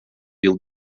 yıl